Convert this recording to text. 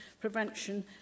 prevention